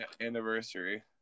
anniversary